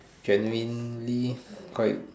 genuinely quite